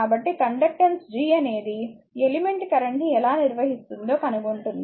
కాబట్టి conductance G అనేది element current ని ఎలా నిర్వహిస్తుందో కనుగొంటుంది